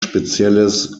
spezielles